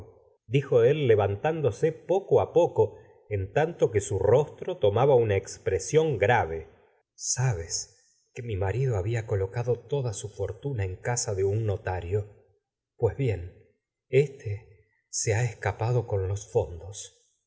dijo él levantándose poco á poco en tanto que su rostro tomab una expresión grave sabes que mi marido habia colocado toda su fortuna en casa de un notario pues bien éste se ha escapado con los fondos